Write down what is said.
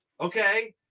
Okay